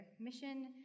mission